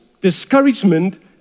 discouragement